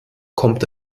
kommt